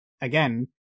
again